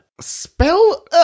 Spell